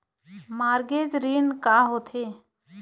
Mortgage ऋण का होथे?